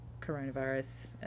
coronavirus